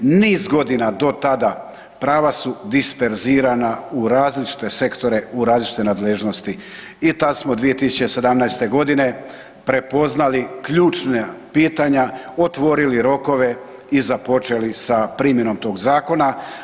Niz godina do tada pravu su disperzirana u različite sektore u različite nadležnosti i tada smo 2017.g. prepoznali ključna pitanja, otvorili rokove i započeli sa primjenom tog zakona.